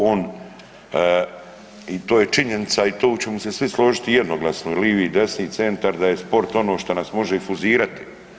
On i to je činjenica i u tomu ćemo se svi složiti jednoglasno, livi, desni, centar da je sport ono što nas može i fuzirati.